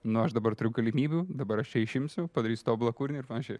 nu aš dabar turiu galimybių dabar aš čia išimsiu padarysiu tobulą kūrinį ir pavyzdžiui